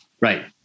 right